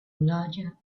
larger